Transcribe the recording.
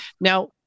now